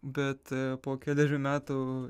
bet po kelerių metų